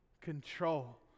control